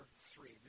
three